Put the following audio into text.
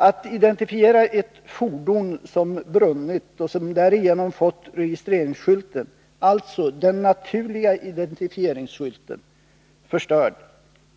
Att identifiera ett fordon som brunnit och därigenom fått registreringsskylten, alltså den naturliga identifieringsskylten, förstörd